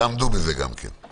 תעמדו בזה גם כן,